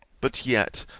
but yet,